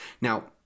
Now